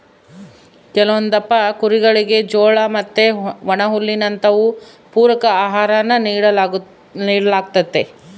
ಕೆಲವೊಂದಪ್ಪ ಕುರಿಗುಳಿಗೆ ಜೋಳ ಮತ್ತೆ ಒಣಹುಲ್ಲಿನಂತವು ಪೂರಕ ಆಹಾರಾನ ನೀಡಲಾಗ್ತತೆ